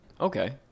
Okay